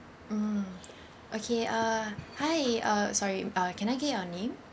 mm okay uh hi uh sorry uh can I get your name